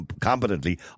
competently